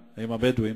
הבדואים.